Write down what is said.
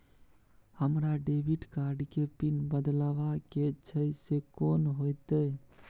हमरा debit card के PIN बदलवा के छै से कोन होतै?